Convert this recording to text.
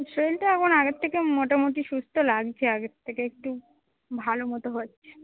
শরীরটা এখন আগের থেকে মোটামুটি সুস্থ লাগছে আগের থেকে একটু ভালো মতো হচ্ছে